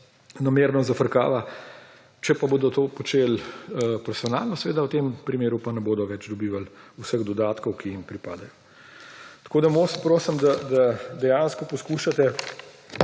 namerno zafrkava. Če pa bodo to počeli profesionalno, v tem primeru pa ne bodo več dobivali vseh dodatkov, ki jim pripadajo. Prosim, da dejansko poskušate